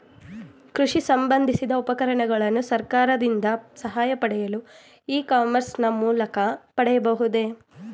ಕೃಷಿ ಸಂಬಂದಿಸಿದ ಉಪಕರಣಗಳನ್ನು ಸರ್ಕಾರದಿಂದ ಸಹಾಯ ಪಡೆಯಲು ಇ ಕಾಮರ್ಸ್ ನ ಮೂಲಕ ಪಡೆಯಬಹುದೇ?